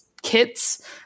kits